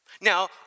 Now